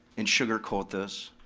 and sugarcoat this.